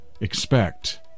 expect